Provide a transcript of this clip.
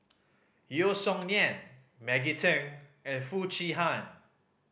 Yeo Song Nian Maggie Teng and Foo Chee Han